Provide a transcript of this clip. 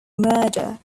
murder